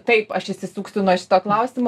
taip aš išsisuksiu nuo šito klausimo